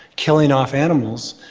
killing off animals,